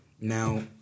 Now